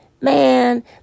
man